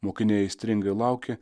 mokiniai aistringai laukė